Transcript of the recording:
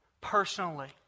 personally